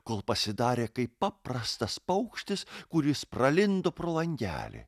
kol pasidarė kaip paprastas paukštis kuris pralindo pro langelį